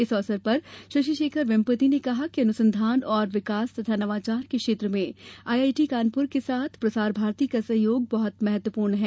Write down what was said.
इस अवसर पर शशि शेखर वेम्पटी ने कहा कि अनुसंधान और विकास तथा नवाचार के क्षेत्र में आई आई टी कानपुर के साथ प्रसार भारती का सहयोग बहुत महत्वपूर्ण है